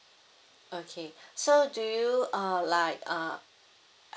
okay so do you err like err